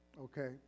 Okay